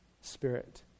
spirit